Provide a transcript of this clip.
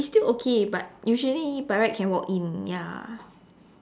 it's still okay but usually by right can walk in ya